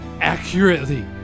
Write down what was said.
accurately